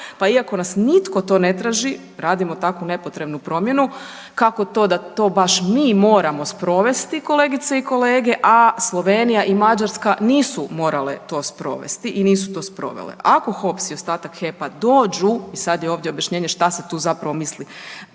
pa iako nas nitko to ne traži, radimo takvu nepotrebnu promjenu, kako to da to baš mi moramo sprovesti, kolegice i kolege, a Slovenija i Mađarska nisu morale to sprovesti i nisu to sprovele? Ako HOPS i ostatak HEP-a dođu, i sad je ovdje objašnjenje šta se tu zapravo misli,